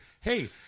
hey